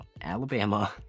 Alabama